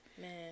Man